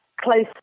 close